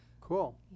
cool